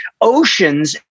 oceans